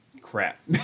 crap